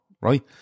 right